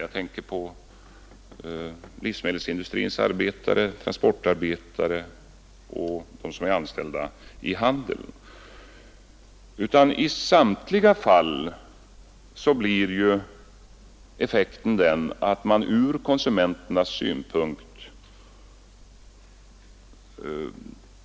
Jag tänker på livsmedelsindustrins arbetare, på transportarbetare och på dem som är anställda i handeln. I samtliga fall blir effekten den att man ur konsumenternas synpunkt